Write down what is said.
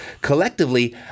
Collectively